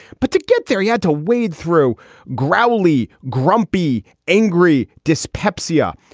but to get there, he had to wade through gravelly, grumpy, angry dyspepsia.